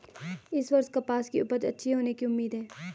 इस वर्ष कपास की उपज अच्छी होने की उम्मीद है